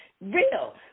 real